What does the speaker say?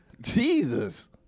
Jesus